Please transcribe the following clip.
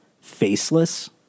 faceless